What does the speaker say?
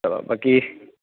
তাৰ পৰা বাকী